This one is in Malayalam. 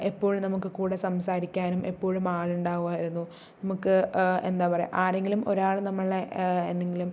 എപ്പോഴും നമുക്ക് കൂടെ സംസാരിക്കാനും എപ്പോഴും ആളുണ്ടാകുമായിരുന്നു നമുക്ക് എന്താ പറയുക ആരെങ്കിലും ഒരാൾ നമ്മളെ എന്തെങ്കിലും